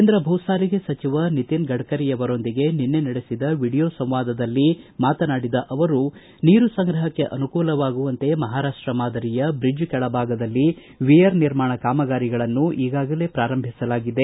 ಕೇಂದ್ರ ಭೂಸಾರಿಗೆ ಸಚಿವ ನಿತಿನ್ ಗಡ್ಕರಿಯವರೊಂದಿಗೆ ನಿನ್ನೆ ನಡೆಸಿದ ವಿಡಿಯೋ ಸಂವಾದದಲ್ಲಿ ಮಾತನಾಡಿದ ಅವರು ನೀರು ಸಂಗ್ರಪಕ್ಕೆ ಅನುಕೂಲವಾಗುವಂತೆ ಮಹಾರಾಷ್ಟ ಮಾದರಿಯ ಬ್ರಿಡ್ಜ್ ಕೆಳಭಾಗದಲ್ಲಿ ವಿಯರ್ ನಿರ್ಮಾಣ ಕಾಮಗಾರಿಗಳನ್ನು ಈಗಾಗಲೇ ಪ್ರಾರಂಭಿಸಲಾಗಿದೆ